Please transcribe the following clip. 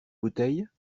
bouteille